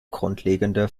grundlegende